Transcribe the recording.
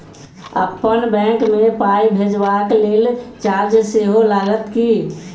अप्पन बैंक मे पाई भेजबाक लेल चार्ज सेहो लागत की?